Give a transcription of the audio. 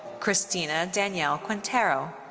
cristina danielle quintero.